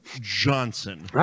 Johnson